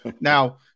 Now